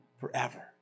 forever